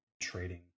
trading